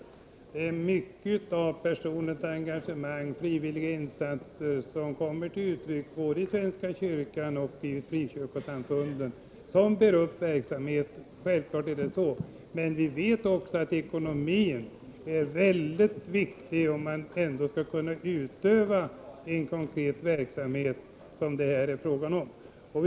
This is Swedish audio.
Självfallet är det mycket av personligt engagemang och frivilliga insatser som bär upp verksamheten både i svenska kyrkan och i frikyrkosamfunden. Men ekonomin är väldigt viktig om man skall kunna bedriva en konkret verksamhet av det slag som det här är fråga om.